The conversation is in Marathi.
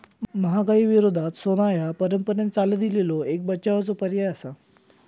महागाई विरोधात सोना ह्या परंपरेन चालत इलेलो एक बचावाचो पर्याय आसा